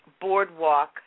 Boardwalk